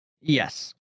Yes